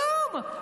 כלום,